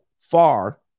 far